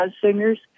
singers